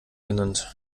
genannt